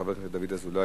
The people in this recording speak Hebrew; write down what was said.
של חבר הכנסת דוד אזולאי,